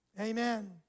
Amen